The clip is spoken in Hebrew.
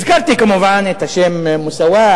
הזכרתי כמובן את השמות "מוסאוא",